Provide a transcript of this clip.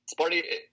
Sparty